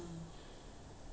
mm see how lah